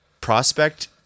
prospect